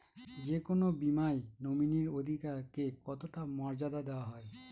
যে কোনো বীমায় নমিনীর অধিকার কে কতটা মর্যাদা দেওয়া হয়?